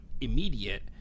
immediate